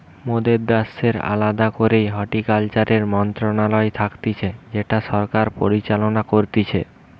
মোদের দ্যাশের আলদা করেই হর্টিকালচারের মন্ত্রণালয় থাকতিছে যেটা সরকার পরিচালনা করতিছে